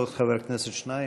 עוד חבר כנסת או שניים,